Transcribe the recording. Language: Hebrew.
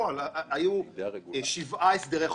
היו שבעה הסדרי חוב.